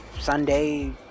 Sunday